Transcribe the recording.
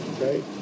right